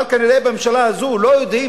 אבל כנראה בממשלה הזאת לא יודעים,